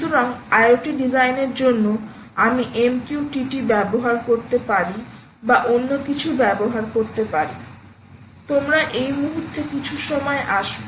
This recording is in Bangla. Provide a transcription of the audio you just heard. সুতরাং IoT ডিজাইনের জন্য আমি MQTT ব্যবহার করতে পারি বা অন্য কিছু ব্যবহার করতে পারি তোমরা এই মুহুর্তে কিছু সময়ে আসবে